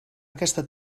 aquesta